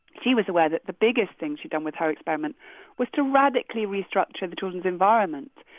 she was aware that the biggest thing she'd done with her experiment was to radically restructure the children's environment.